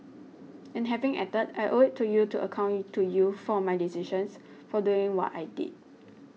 and having acted I owe it to you to account to you for my decisions for doing what I did